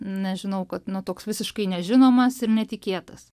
nežinau kad toks visiškai nežinomas ir netikėtas